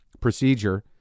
procedure